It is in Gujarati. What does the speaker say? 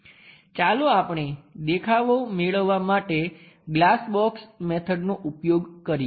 ચાલો આપણે દેખાવો મેળવવા માટે ગ્લાસ બોક્સ મેથડનો ઉપયોગ કરીએ